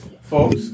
Folks